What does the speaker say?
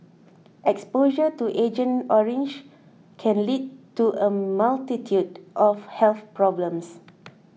exposure to Agent Orange can lead to a multitude of health problems